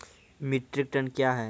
Metric ton कया हैं?